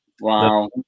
Wow